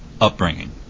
upbringing